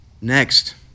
Next